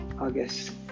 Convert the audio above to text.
August